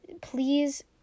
please